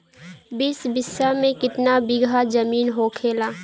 बीस बिस्सा में कितना बिघा जमीन होखेला?